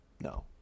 no